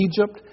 Egypt